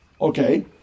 okay